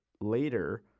later